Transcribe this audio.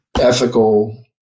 ethical